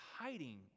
hiding